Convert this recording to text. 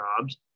jobs